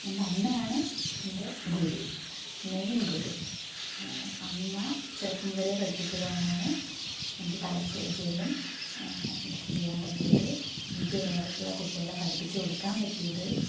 എൻ്റെ അമ്മയാണ് എൻ്റെ ഗുരു മെയിൻ ഗുരു അമ്മ ചെറുപ്പം മുതലേ പഠിപ്പിച്ചതുകൊണ്ടാണ് എനിക്ക് പല സ്റ്റേജുകളിലും നൃത്തം ചെയ്യാൻ പറ്റിയത് എനിക്കു വേറെ ഒക്കെ ഉള്ള കുട്ടികളെ പഠിപ്പിച്ച് കൊടുക്കാൻ പറ്റിയത്